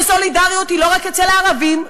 וסולידריות היא לא רק אצל הערבים,